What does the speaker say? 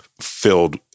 filled